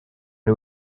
ari